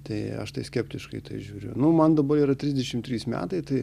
tai aš tai skeptiškai į tai žiūriu nu man dabar yra trisdešim trys metai tai